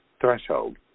threshold